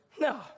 No